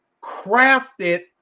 crafted